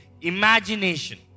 Imagination